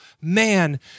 man